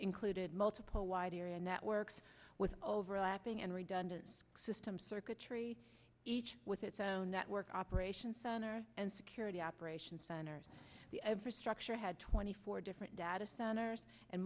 included multiple wide area networks with overlapping and redundant systems circuitry each with its own network operation center and security operations centers the every structure had twenty four different data centers and